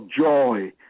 joy